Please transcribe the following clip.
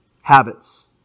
Habits